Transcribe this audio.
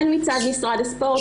הן מצד משרד הספורט,